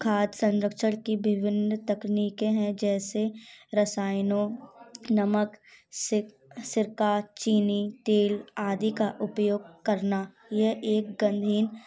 खाद संरक्षण की विभिन्न तकनिकें हैं जैसे रसायनों नमक सिक सिरका चीनी तेल आदि का उपयोग करना यह एक गंधहीन